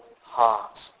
heart